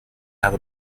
have